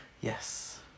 Yes